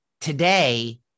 today